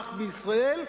אזרח בישראל,